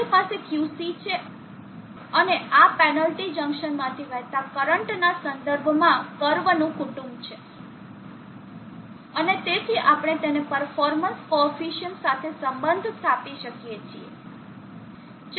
તમારી પાસે Qc છે અને આ પેનલ્ટી જંક્શનમાંથી વહેતા કરંટના સંદર્ભમાં કર્વનું કુટુંબ છે અને તેથી આપણે તેને પર્ફોર્મન્સ કોફીસીઅન્ટ સાથે સબંધ સ્થાપી શકીએ છીએ